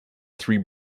three